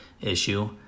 issue